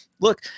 look